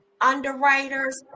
underwriters